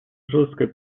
жесткой